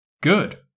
Good